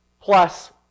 plus